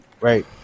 right